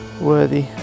worthy